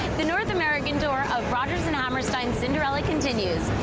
the north american tour of rodgers and hammerstein's cinderella continues.